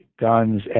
guns